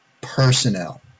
personnel